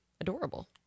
adorable